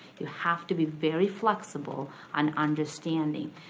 you have to be very flexible and understanding,